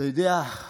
אתה יודע,